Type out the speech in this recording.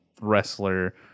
wrestler